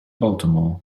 baltimore